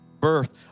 birth